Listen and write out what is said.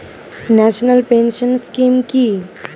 National pension scheme কি?